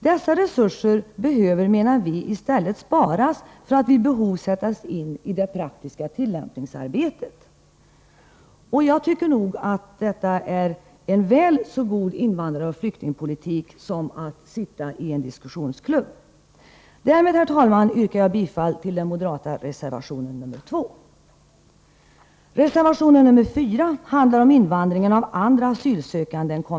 Dessa resurser behöver, menar vi, i stället sparas för att vid behov kunna avsättas för det praktiska tillämpningsarbetet. Jag tycker nog att detta är en väl så god invandraroch flyktingpolitik som att sitta med i en diskussionsklubb. Därmed, herr talman, yrkar jag bifall till den moderata reservationen nr 2.